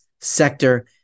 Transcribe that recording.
sector